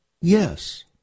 Yes